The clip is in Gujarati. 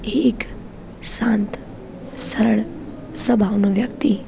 એ એક શાંત સરળ સ્વભાવનો વ્યક્તિ